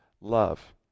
love